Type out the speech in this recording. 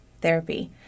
Therapy